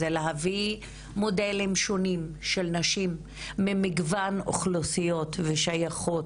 זה להביא מודלים שונים של נשים ממגוון אוכלוסיות ושייכות,